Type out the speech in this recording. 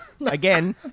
Again